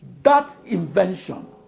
that invention